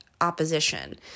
opposition